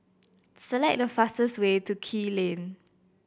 select the fastest way to Kew Lane